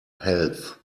health